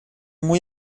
muy